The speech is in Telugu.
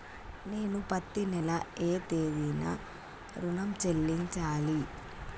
నేను పత్తి నెల ఏ తేదీనా ఋణం చెల్లించాలి?